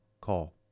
Call